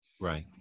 Right